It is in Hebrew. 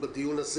יהיו הסעות.